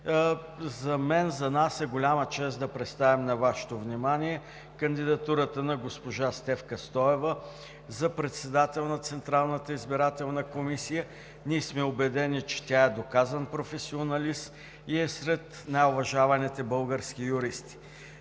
За мен, за нас е голяма чест да представим на Вашето внимание кандидатурата на госпожа Стефка Стоева за председател на Централната избирателна комисия. Ние сме убедени, че тя е доказан професионалист и е сред най-уважаваните български юристи.